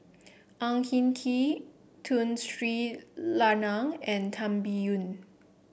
Ang Hin Kee Tun Sri Lanang and Tan Biyun